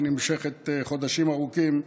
שנמשכת חודשים ארוכים,